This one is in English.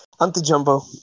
Anti-Jumbo